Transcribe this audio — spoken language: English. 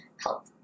health